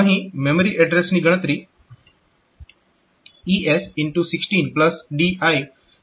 અહીં મેમરી એડ્રેસની ગણતરી x1610 દ્વારા કરવામાં આવે છે